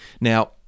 Now